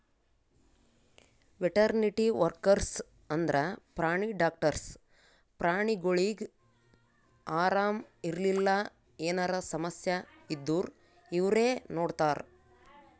veterinary workers ಅಂದ್ರ ಪ್ರಾಣಿ doctors ಪ್ರಾಣಿಗೊಳಿಗ್ ಆರಾಮ್ ಇರ್ಲಿಲ್ಲ ಎನರೆ ಸಮಸ್ಯ ಇದ್ದೂರ್ ಇವ್ರೇ ನೋಡ್ತಾರ್